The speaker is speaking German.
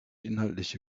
inhaltliche